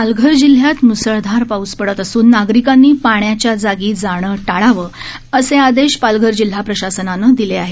पालघर जिल्ह्यात म्सळधार पाऊस पडत असून नागरिकांनी पाण्याच्या जागी जाणं टाळावं असे आदेश पालघर जिल्हा प्रशासनाने दिले आहेत